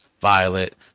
violet